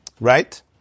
right